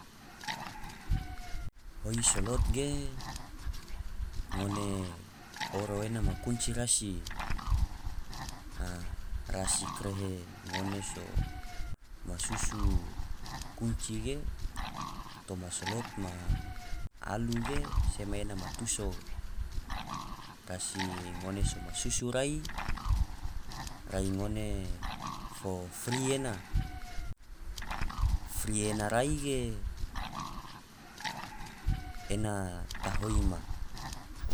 Hoi solot ge ngone oro ena ma kunci rasi, rasi karehe ngone so ma susu kunci ge toma slot ma alu ge sema ena ma tuso, rasi ngone so masusu rai rai ngone fo fri ena, fri ena rai ge ena ta hoi ma.